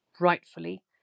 rightfully